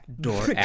door